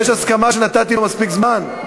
יש הסכמה שנתתי לו מספיק זמן?